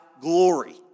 glory